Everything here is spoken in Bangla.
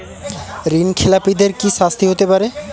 ঋণ খেলাপিদের কি শাস্তি হতে পারে?